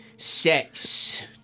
sex